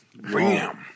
Ram